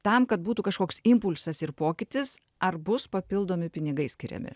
tam kad būtų kažkoks impulsas ir pokytis ar bus papildomi pinigai skiriami